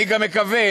אני גם מקווה